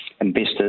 investors